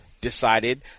decided